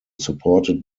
supported